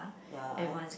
ya I